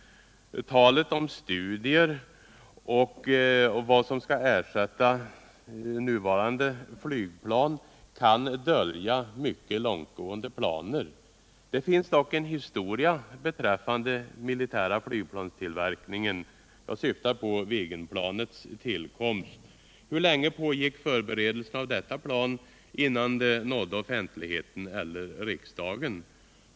Talet om studier och om vad som skall ersätta nuvarande flygplan kan dölja mycket långtgående planer. Det finns dock en historia beträffande den militära flygplanstillverkningen. Jag syftar på Viggenplanets tillkomst. Hur länge pågick förberedelserna av detta plan innan det nådde offentligheten eller riksdagen?